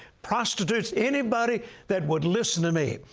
prostitutes, anybody that would listen to me.